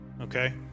Okay